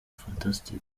fantastic